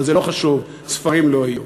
אבל זה לא חשוב, ספרים לא יהיו.